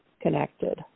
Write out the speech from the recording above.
connected